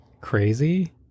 Crazy